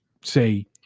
say